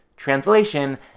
Translation